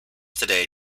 today